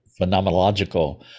phenomenological